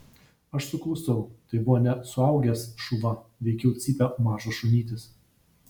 aš suklusau tai buvo ne suaugęs šuva veikiau cypė mažas šunytis